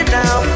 now